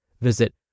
Visit